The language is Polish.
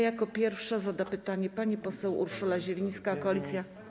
Jako pierwsza zada pytanie pani poseł Urszula Zielińska, Koalicja.